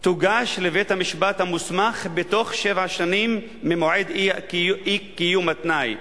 תוגש לבית-המשפט המוסמך בתוך שבע שנים ממועד אי-קיום התנאי,